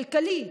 כלכלי,